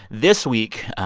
this week,